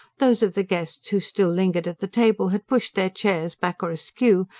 those of the guests who still lingered at the table had pushed their chairs back or askew,